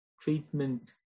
treatment